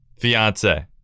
fiance